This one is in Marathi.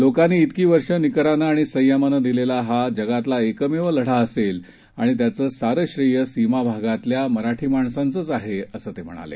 लोकांनी तिकीवर्षनिकरानंआणिसंयमानंदिलेलाहाजगातलाएकमेवलढाअसेल आणित्याचंसारंश्रेयसीमाभागातल्यामराठीमाणसांचंचआहेअसंतेम्हणाले